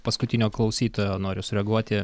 paskutinio klausytojo noriu sureaguoti